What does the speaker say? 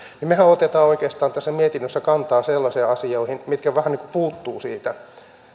niin mehän otamme oikeastaan tässä mietinnössä kantaa sellaisiin asioihin mitkä puuttuvat siitä